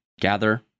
gather